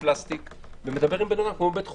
פלסטיק ומדבר עם אדם כמו בבית חולים.